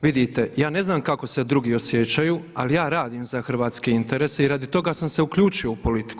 Vidite ja ne znam kako se drugi osjećaju ali ja radim za hrvatske interese i radi toga sam se uključio u politiku.